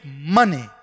money